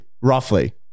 roughly